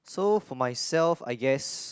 so for myself I guess